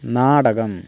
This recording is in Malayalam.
നാടകം